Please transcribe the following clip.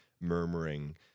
murmuring